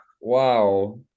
wow